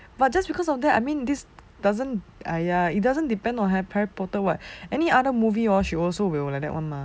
but just because of that I mean this doesn't !aiya! it doesn't depend on harry potter [what] any other movie or she also will like that [one] mah